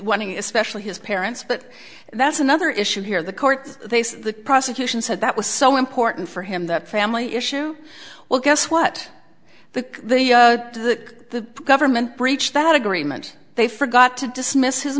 especially his parents but that's another issue here the court they say the prosecution said that was so important for him that family issue well guess what the the the government breached that agreement they forgot to dismiss his